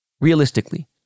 realistically